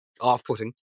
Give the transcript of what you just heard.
off-putting